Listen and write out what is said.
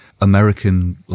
American